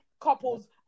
couples